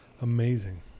Amazing